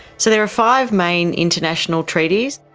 so there are five main international treaties.